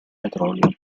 petrolio